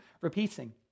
repeating